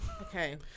Okay